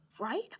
Right